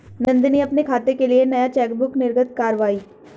नंदनी अपने खाते के लिए नया चेकबुक निर्गत कारवाई